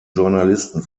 journalisten